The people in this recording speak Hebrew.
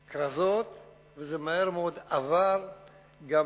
כרזות, וזה מהר מאוד עבר גם